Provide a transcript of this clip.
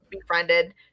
befriended